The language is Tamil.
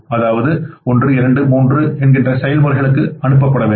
அதாவது ஒன்று இரண்டு மூன்று நான்கு செயல்முறைகளுக்கு அனுப்ப வேண்டும்